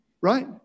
Right